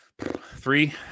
Three